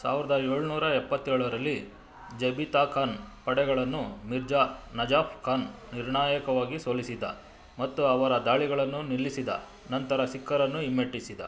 ಸಾವಿರದ ಏಳ್ನೂರ ಎಪ್ಪತ್ತೇಳರಲ್ಲಿ ಜಬಿತಾ ಖಾನ್ ಪಡೆಗಳನ್ನು ಮಿರ್ಜಾ ನಜಾಫ್ ಖಾನ್ ನಿರ್ಣಾಯಕವಾಗಿ ಸೋಲಿಸಿದ ಮತ್ತು ಅವರ ದಾಳಿಗಳನ್ನು ನಿಲ್ಲಿಸಿದ ನಂತರ ಸಿಖ್ಖರನ್ನು ಹಿಮ್ಮೆಟ್ಟಿಸಿದ